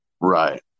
Right